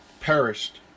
perished